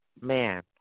Man